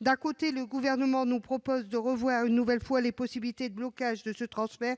D'un côté, le Gouvernement nous propose de revoir une nouvelle fois les possibilités de blocage de ce transfert,